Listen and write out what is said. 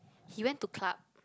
he went to club